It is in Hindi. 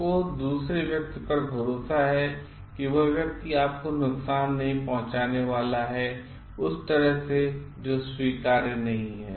तो आपको दूसरे व्यक्ति पर भरोसा है कि वह व्यक्ति आपको नुकसान नहीं पहुंचाने वाला है उस तरह से जो आपके द्वारा स्वीकार्य नहीं है